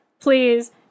please